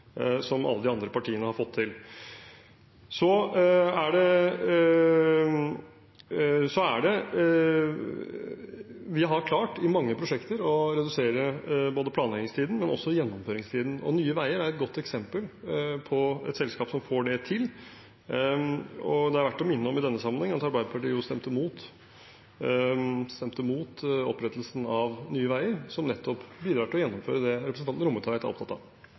som alle de andre partiene har fått til. Vi har i mange prosjekter klart å redusere både planleggingstiden og gjennomføringstiden. Nye Veier er et godt eksempel på et selskap som får det til. Det er i denne sammenheng verdt å minne om at Arbeiderpartiet stemte imot opprettelsen av Nye Veier, som bidrar til å gjennomføre nettopp det som representanten Rommetveit er opptatt av.